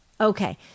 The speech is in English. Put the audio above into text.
Okay